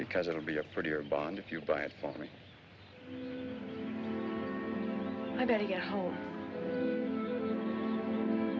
because it'll be a prettier bond if you buy it for me